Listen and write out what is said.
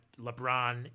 LeBron